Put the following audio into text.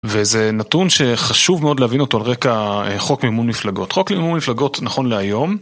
וזה נתון שחשוב מאוד להבין אותו על רקע חוק מימון מפלגות, חוק מימון מפלגות נכון להיום.